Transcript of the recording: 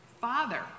Father